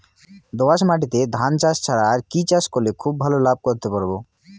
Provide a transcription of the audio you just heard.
দোয়াস মাটিতে ধান ছাড়া আর কি চাষ করলে খুব ভাল লাভ করতে পারব?